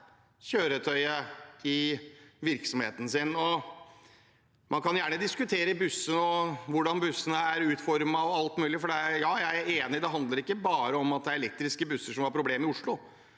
kjøretøyet i virksomheten sin. Man kan gjerne diskutere hvordan bussene er utformet, og alt mulig, for jeg er enig i at det ikke bare handler om at det er elektriske busser som har problemer i Oslo.